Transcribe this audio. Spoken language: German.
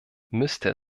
müsste